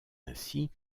ainsi